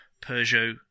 Peugeot